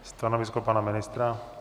Stanovisko pana ministra?